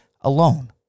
alone